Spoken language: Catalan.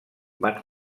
van